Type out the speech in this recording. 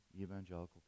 evangelical